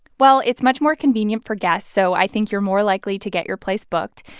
well, it's much more convenient for guests, so i think you're more likely to get your place booked.